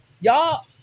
Y'all